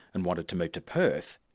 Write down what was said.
and wanted to move to perth,